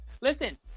Listen